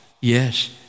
Yes